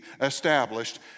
established